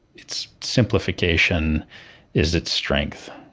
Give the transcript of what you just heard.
its simplification is its strength.